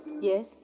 Yes